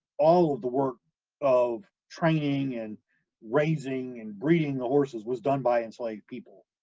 all of the work of training and raising and breeding the horses was done by enslaved people.